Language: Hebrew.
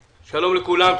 שלום לכולם,